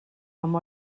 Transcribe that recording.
amb